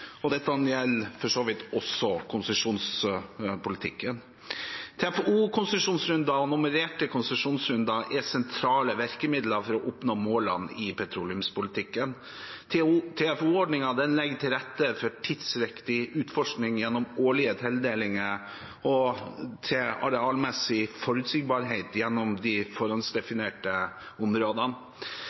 Dette gjelder for så vidt også konsesjonspolitikken. TFO-konsesjonsrunder og nummererte konsesjonsrunder er sentrale virkemidler for å oppnå målene i petroleumspolitikken. TFO-ordningen legger til rette for tidsriktig utforskning gjennom årlige tildelinger til arealmessig forutsigbarhet gjennom de forhåndsdefinerte områdene.